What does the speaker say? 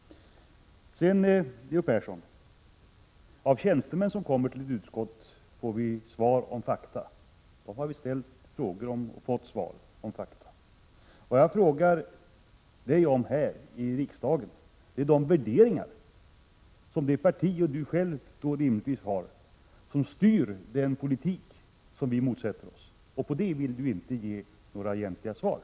Av tjänstemän som kommer till utskottet får vi fakta. Vi har ställt frågor och fått svar om fakta. Vad jag frågar Leo Persson om här, är vilka värderingar som hans parti och han själv har — vad som styr den politik som vi — Prot. 1986/87:134 motsätter oss — men på detta vill han inte ge några egentliga svar.